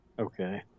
Okay